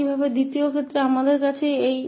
तो यहाँ हमारे पास sin 𝑎𝑡 और 𝑡 sin 𝑎𝑡 है